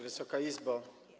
Wysoka Izbo!